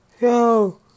yo